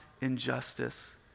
injustice